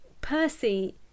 Percy